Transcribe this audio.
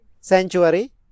Sanctuary